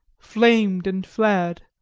flamed and flared.